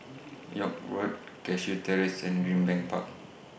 York Road Cashew Terrace and Greenbank Park